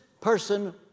person